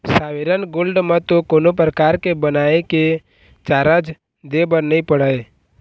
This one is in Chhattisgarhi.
सॉवरेन गोल्ड म तो कोनो परकार के बनाए के चारज दे बर नइ पड़य